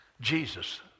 Jesus